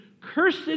Cursed